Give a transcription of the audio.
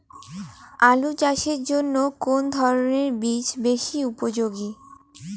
আলু চাষের জন্য কোন ধরণের বীজ বেশি উপযোগী?